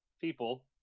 people